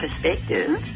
perspective